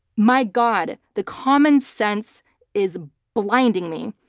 my god, the common sense is blinding me.